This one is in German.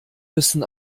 müssen